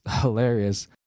hilarious